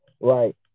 Right